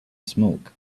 smoke